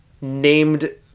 named